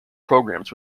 programs